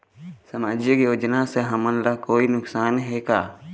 सामाजिक योजना से हमन ला कोई नुकसान हे का?